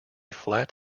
flat